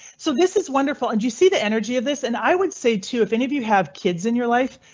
so this is wonderful and you see the energy of this. and i would say to if any of you have kids in your life.